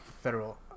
federal